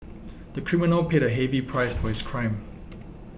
the criminal paid a heavy price for his crime